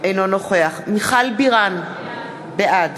אינו נוכח מיכל בירן, בעד